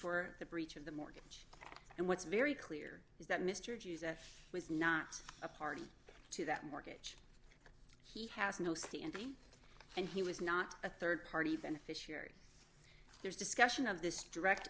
for the breach of the mortgage and what's very clear is that mr jesus was not a party to that mortgage he has no c n d and he was not a rd party beneficiary there's discussion of this direct